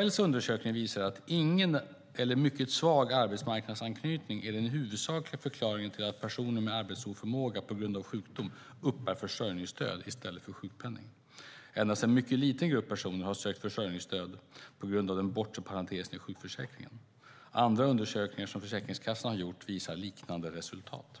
SKL:s undersökning visar att ingen eller mycket svag arbetsmarknadsanknytning är den huvudsakliga förklaringen till att personer med arbetsoförmåga på grund av sjukdom uppbär försörjningsstöd i stället för sjukpenning. Endast en mycket liten grupp personer har sökt försörjningsstöd på grund av den bortre parentesen i sjukförsäkringen. Andra undersökningar som Försäkringskassan har gjort visar liknande resultat.